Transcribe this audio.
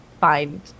find